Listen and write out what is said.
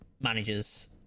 managers